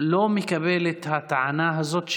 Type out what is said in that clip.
לא מקבל את הטענה הזאת,